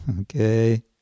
Okay